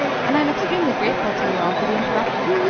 and i am extremely grateful to you all for the interruption.